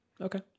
Okay